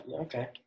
Okay